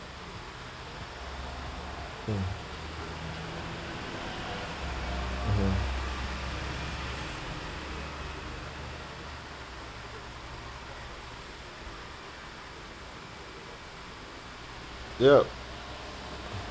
hmm mmhmm yup